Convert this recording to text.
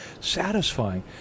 satisfying